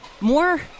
more